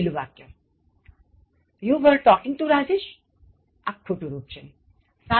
છેલ્લું વાક્ય ખોટું રુપ You were talking to Rajesh